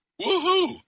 Woohoo